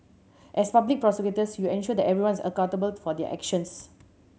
as public prosecutors you ensure that everyone is accountable for their actions